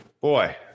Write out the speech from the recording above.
Boy